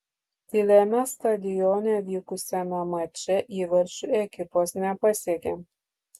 tyliame stadione vykusiame mače įvarčių ekipos nepasiekė